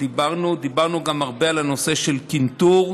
דיברנו גם הרבה על הנושא של קנטור,